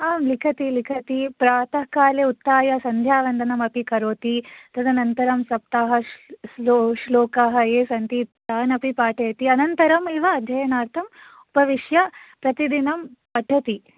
आम् लिखति लिखति प्रातःकाले उत्थाय सन्ध्यावन्दनमपि करोति तदनन्तरं सप्ताहश्लोकाः ये सन्ति तान् अपि पाठयति अनन्तरम् एव अध्ययनार्थम् उपविश्य प्रतिदिनं पठति